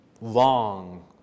Long